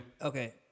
Okay